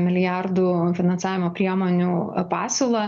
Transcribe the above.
milijardų finansavimo priemonių pasiūlą